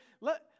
Let